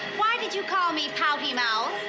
why did you call me pouty-mouth?